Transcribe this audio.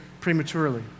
prematurely